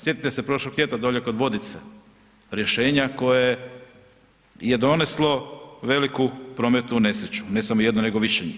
Sjetite se prošlog ljeta dolje kod Vodice, rješenja koje je doneslo veliku prometnu nesreću, ne samo jednu, nego više njih.